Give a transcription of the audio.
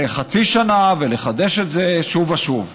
לחצי שנה, ולחדש את זה שוב ושוב.